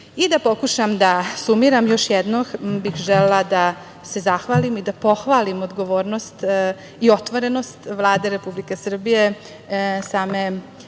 pokušam da sumiram. Još jednom bih želela da se zahvalim i pohvalim odgovornost i otvorenost Vlade Republike Srbije, same